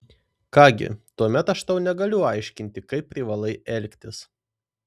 ką gi tuomet aš tau negaliu aiškinti kaip privalai elgtis